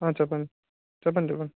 చెప్పండి చెప్పండి చెప్పండి